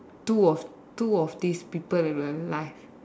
two of two of these people in my life